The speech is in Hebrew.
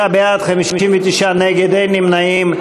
46 בעד, 59 נגד, אין נמנעים.